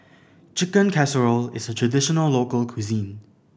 Chicken Casserole is a traditional local cuisine